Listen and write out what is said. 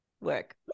work